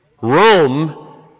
Rome